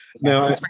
Now